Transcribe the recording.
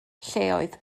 lleoedd